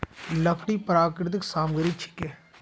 लकड़ी प्राकृतिक सामग्री छिके